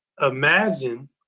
Imagine